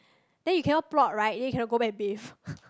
then you cannot plot right then you cannot go back and bathe